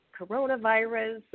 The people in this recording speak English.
coronavirus